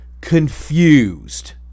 Confused